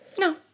No